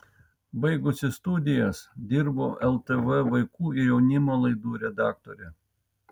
baigusi studijas dirbau ltv vaikų ir jaunimo laidų redaktore